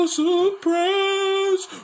surprise